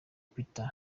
peter